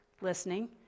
listening